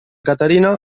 caterina